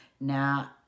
now